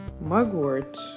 Mugwort